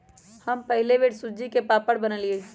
हम पहिल बेर सूज्ज़ी के पापड़ बनलियइ